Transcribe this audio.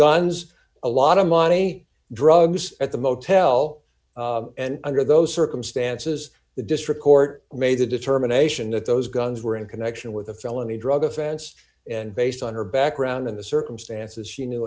guns a lot of money drugs at the motel and under those circumstances the district court made the determination that those guns were in connection with a felony drug offense and based on her background in the circumstances she knew